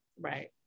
Right